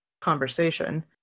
conversation